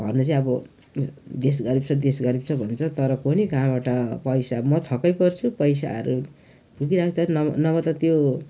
भन्नु चाहिँ अब देश गरिब छ देश गरिब छ भन्छ तर कोनि कहाँबाट पैसा म छक्कै पर्छु पैसाहरू पुगिरहेको छ नभए नभए त त्यो